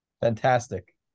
fantastic